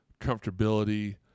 comfortability